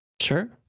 Sure